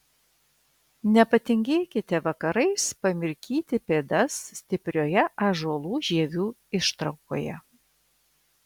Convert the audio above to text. nepatingėkite vakarais pamirkyti pėdas stiprioje ąžuolų žievių ištraukoje